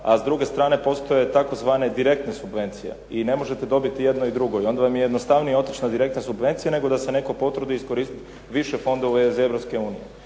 a s druge strane postoje tzv. direktne subvencije. I ne možete dobiti i jedno i drugo. I onda vam je jednostavnije otići na direktne subvencije nego da se netko potrudi iskoristiti više fondova iz